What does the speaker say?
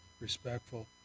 respectful